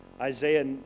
Isaiah